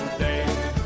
days